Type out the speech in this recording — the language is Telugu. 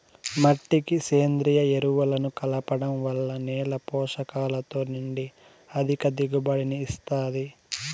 మట్టికి సేంద్రీయ ఎరువులను కలపడం వల్ల నేల పోషకాలతో నిండి అధిక దిగుబడిని ఇస్తాది